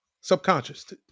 subconscious